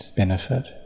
benefit